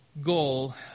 goal